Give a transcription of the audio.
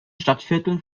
stadtvierteln